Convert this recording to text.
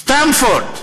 סטנפורד.